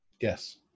Yes